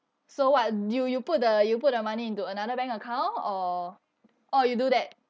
so what do you put the you put the money into another bank account or oh you do that